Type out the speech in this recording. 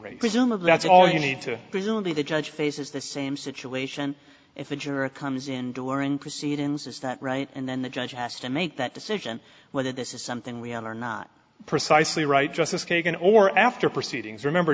race presumably that's all you need to presumably the judge faces the same situation if a juror comes in during proceedings is that right and then the judge asked to make that decision whether this is something we are not precisely right justice kagan or after proceedings remember